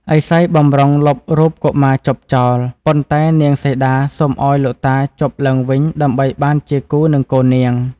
ឥសីបម្រុងលុបរូបកុមារជប់ចោល ប៉ុន្តែនាងសីតាសូមឱ្យលោកជប់ឡើងវិញដើម្បីបានជាគូ នឹងកូននាង។